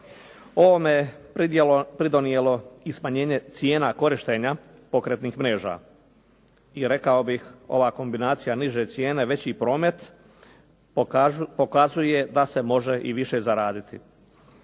Ovome je pridonijelo i smanjenje cijena korištenja pokretnih mreža i rekao bih ova kombinacija niže cijene veći promet pokazuje da se može i više zaraditi.